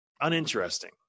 uninteresting